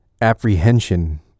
apprehension